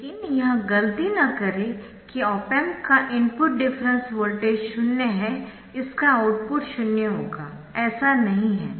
लेकिन यह गलती न करें कि ऑप एम्प का इनपुट डिफरेंस वोल्टेज शून्य है इसका आउटपुट शून्य होगा ऐसा नहीं है